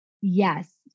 Yes